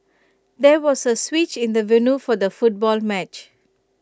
there was A switch in the venue for the football match